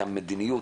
את המדיניות.